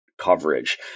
coverage